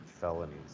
felonies